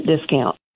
discount